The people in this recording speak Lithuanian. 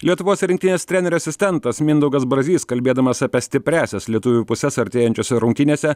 lietuvos rinktinės trenerio asistentas mindaugas brazys kalbėdamas apie stipriąsias lietuvių puses artėjančiose rungtynėse